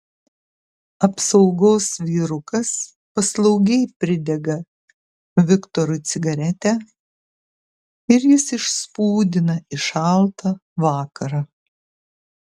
apsaugos vyrukas paslaugiai pridega viktorui cigaretę ir jis išspūdina į šaltą vakarą